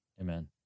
Amen